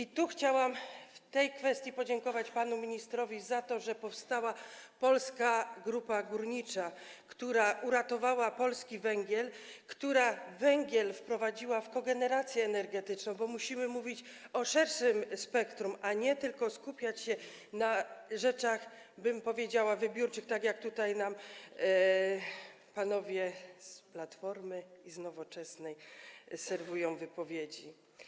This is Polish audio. I tu, w tej kwestii, chciałam podziękować panu ministrowi za to, że powstała Polska Grupa Górnicza, która uratowała polski węgiel, która węgiel wprowadziła w obszar kogeneracji energetycznej, bo musimy mówić o szerszym spektrum, a nie tylko skupiać się na rzeczach, bym powiedziała, wybiórczych, a tak tutaj panowie z Platformy i z Nowoczesnej serwują nam wypowiedzi.